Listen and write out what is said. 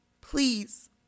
please